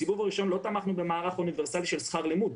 בסיבוב הראשון לא תמכנו במערך אוניברסלי של שכר לימוד,